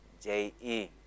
J-E